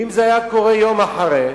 ואם זה היה קורה יום אחרי,